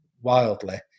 wildly